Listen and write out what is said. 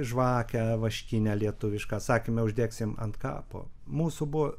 žvakę vaškinę lietuvišką sakėme uždegsime ant kapo mūsų buvo